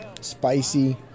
spicy